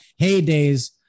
heydays